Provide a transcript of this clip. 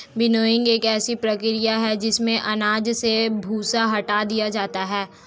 winnowing एक ऐसी प्रक्रिया है जिसमें अनाज से भूसा हटा दिया जाता है